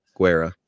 Guerra